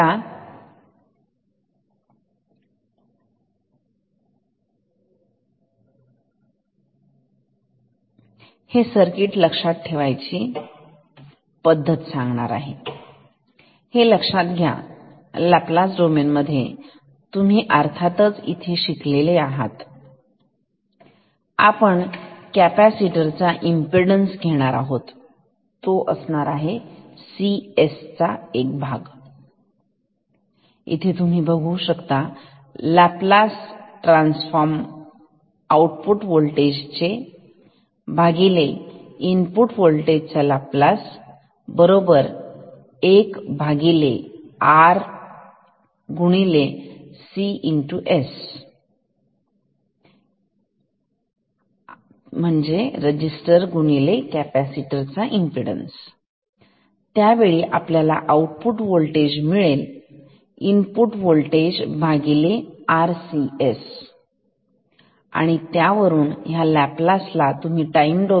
आता हे सर्किट लक्षात ठेवायची पद्धत सांगणार हे लक्षात घ्या लाप्लास डोमेन मध्ये आहे तुम्ही अर्थातच शिकलेले आहात इथे आपण कॅपॅसिटर चा एमपीडन्स घेणार आहोत तो असेल CS चा एक भाग